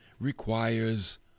requires